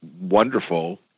wonderful